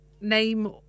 name